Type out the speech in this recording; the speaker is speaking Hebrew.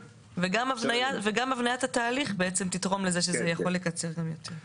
וגם הבניית התהליך תתרום לכך שזה יכול לקצר את הזמן עוד יותר.